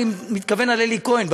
אני מתכוון לאלי כהן,